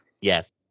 Yes